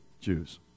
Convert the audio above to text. Jews